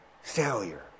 failure